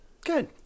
good